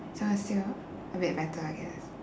so it's still a bit better I guess